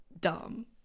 dumb